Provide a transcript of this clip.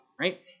right